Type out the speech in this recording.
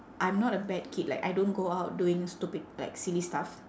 I'm not a bad kid like I don't go out doing stupid like silly stuff